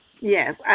Yes